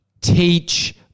teach